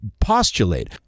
postulate